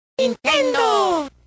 Nintendo